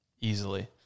easily